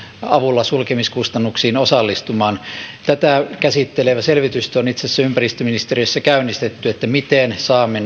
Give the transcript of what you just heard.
avulla sulkemiskustannuksiin osallistumaan tätä käsittelevä selvitystyö on itse asiassa ympäristöministeriössä käynnistetty eli miten saamme